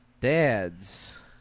Dads